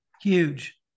huge